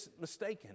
mistaken